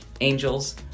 Angels